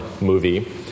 movie